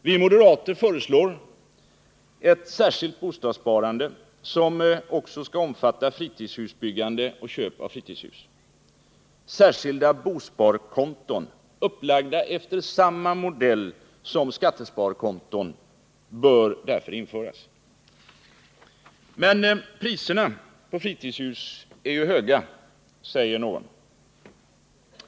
Vi moderater föreslår ett särskilt bostadssparande som också skall omfatta fritidshusbyggande och köp av fritidshus. Särskilda bosparkonton, upplagda efter samma modell som skattesparkonton, bör därför införas. Men priserna på fritidshus är ju höga, säger någon.